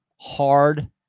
hard